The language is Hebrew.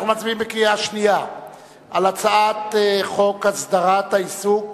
אנחנו מצביעים בקריאה שנייה על הצעת חוק הסדרת העיסוק